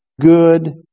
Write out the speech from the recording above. good